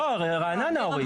לא רעננה אורית.